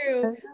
true